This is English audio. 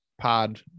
pod